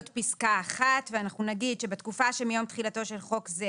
פסקה 1 ואנחנו נגיד שבתקופה שמיום תחילתו של חוק זה